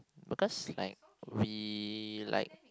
because like we like